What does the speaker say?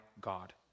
God